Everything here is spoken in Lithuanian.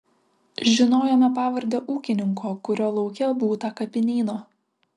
žinojome pavardę ūkininko kurio lauke būta kapinyno